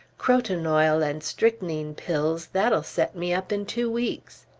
croton oil and strychnine pills, that'll set me up in two weeks.